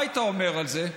מה היית אומר על זה?